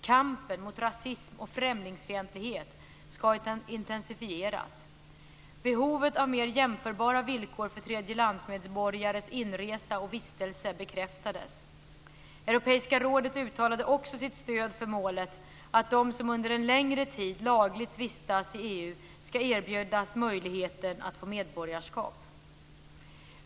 Kampen mot rasism och främlingsfientlighet ska intensifieras. Behovet av mer jämförbara villkor för tredjelandsmedborgares inresa och vistelse bekräftades. Europeiska rådet uttalade också sitt stöd för målet att de som under en längre tid lagligt vistats i EU ska erbjudas möjligheten att få medborgarskap.